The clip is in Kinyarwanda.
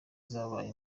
zabaye